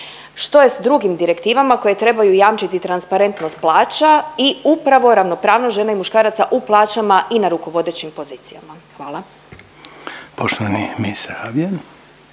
što je s drugim direktivama koje trebaju jamčiti transparentnost plaća i upravo ravnopravnost žena i muškaraca u plaćama i na rukovodećim pozicijama? Hvala. **Reiner, Željko